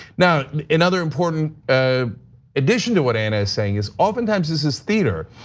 now, another important ah addition to what ana is saying is oftentimes this is theater.